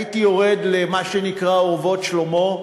הייתי יורד למה שנקרא "אורוות שלמה".